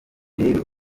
rero